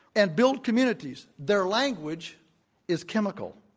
and build communities. their language is chemical.